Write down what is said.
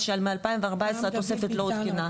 מ-2014 התוספת לא עודכנה.